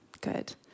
Good